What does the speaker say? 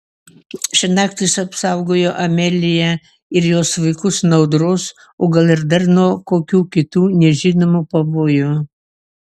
šiąnakt jis apsaugojo ameliją ir jos vaikus nuo audros o gal ir dar nuo kokių kitų nežinomų pavojų